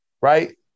right